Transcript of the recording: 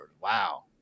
Wow